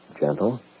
gentle